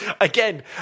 Again